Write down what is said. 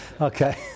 Okay